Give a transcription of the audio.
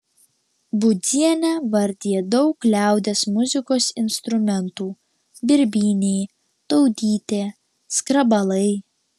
budzienė vardija daug liaudies muzikos instrumentų birbynė daudytė skrabalai